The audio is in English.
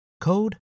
code